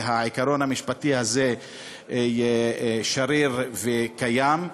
והעיקרון המשפטי הזה שריר וקיים.